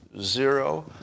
zero